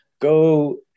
go